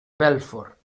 belfort